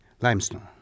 limestone